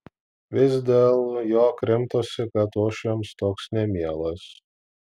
vis dėl jo krimtosi kad uošviams toks nemielas